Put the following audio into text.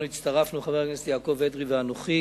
אנחנו הצטרפנו, חבר הכנסת יעקב אדרי ואנוכי.